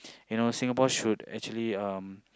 you know Singapore should actually um